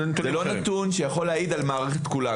זה לא נתון שיכול להעיד על המערכת כולה.